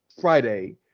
Friday